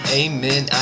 amen